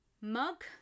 mug